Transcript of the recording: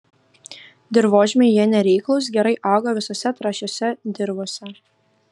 dirvožemiui jie nereiklūs gerai auga visose trąšiose dirvose